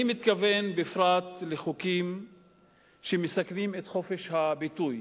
אני מתכוון בפרט לחוקים שמסכנים את חופש הביטוי.